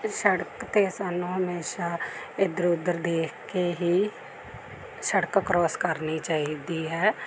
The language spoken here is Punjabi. ਸੜਕ 'ਤੇ ਸਾਨੂੰ ਹਮੇਸ਼ਾ ਇੱਧਰ ਉੱਧਰ ਦੇਖ ਕੇ ਹੀ ਸੜਕ ਕਰੋਸ ਕਰਨੀ ਚਾਹੀਦੀ ਹੈ